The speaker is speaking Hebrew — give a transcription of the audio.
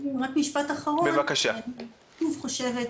רק משפט אחרון, אני שוב חושבת,